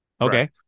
okay